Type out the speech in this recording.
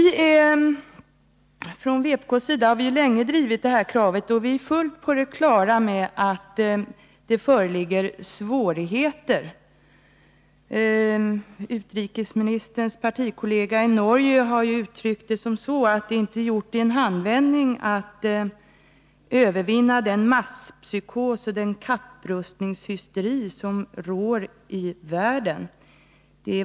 Från vpk:s sida har vi länge drivit detta krav, och vi är fullt på det klara med att det föreligger svårigheter. Utrikesministerns partikollega i Norge, Jens Evensen, har uttryckt det så, att det inte är gjort i en handvändning att övervinna den masspsykos och den kapprustningshysteri som råder i världen.